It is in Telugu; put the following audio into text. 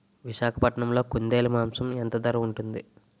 విశాఖపట్నంలో కుందేలు మాంసం ఎంత ధర ఉంటుంది?